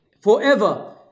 forever